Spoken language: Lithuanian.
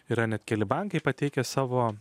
yra net keli bankai pateikia savo